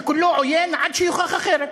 שכולו עוין עד שיוכח אחרת.